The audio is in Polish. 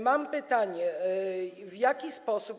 Mam pytanie: W jaki sposób.